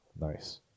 Nice